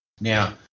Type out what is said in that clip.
Now